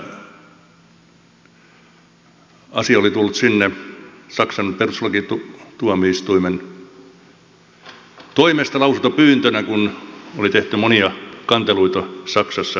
tämä asia oli tullut sinne saksan perustuslakituomioistuimen toimesta lausuntopyyntönä kun oli tehty monia kanteluita saksassa asian johdosta